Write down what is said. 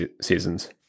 seasons